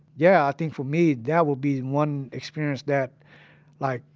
yeah, i think, for me, that will be one experience that like.